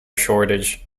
shortage